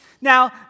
Now